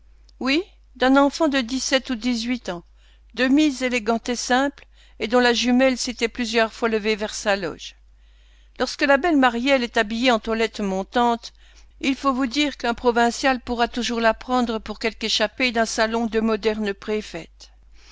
oui d'un enfant de dix-sept ou dix-huit ans de mise élégante et simple et dont la jumelle s'était plusieurs fois levée vers sa loge lorsque la belle maryelle est habillée en toilette montante il faut vous dire qu'un provincial pourra toujours la prendre pour quelque échappée d'un salon de moderne préfète